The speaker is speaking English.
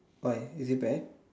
why is it bad